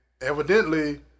evidently